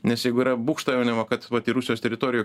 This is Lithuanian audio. nes jeigu yra būgštaujama kad vat į rusijos teritoriją